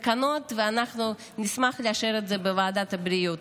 ואנחנו נשמח לאשר את זה בוועדת הבריאות.